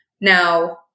Now